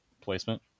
placement